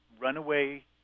runaway